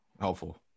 helpful